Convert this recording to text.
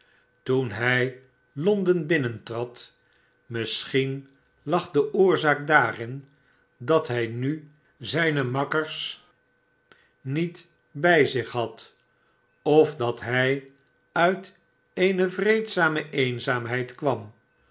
loen hij londen bmnentrad misschien lag de oorzaak daarin dat hij nu zijne makkere niet bij zich had of dat hij uit eene vreedzame eenzaamheid kwam